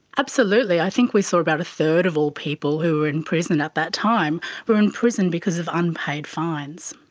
absolutely. i think we saw about a third of all people who were in prison at that time were in prison because of unpaid fines.